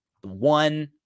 One